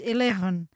Eleven